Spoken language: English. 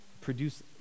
Produce